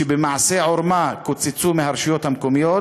שבמעשה עורמה קוצצו מהרשויות המקומיות.